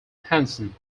hansen